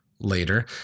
Later